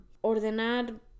ordenar